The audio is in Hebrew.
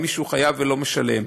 אם מישהו חייב ולא משלם,